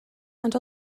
and